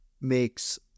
makes